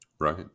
Right